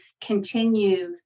continue